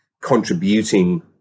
Contributing